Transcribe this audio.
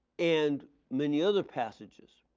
and many other passages.